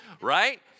right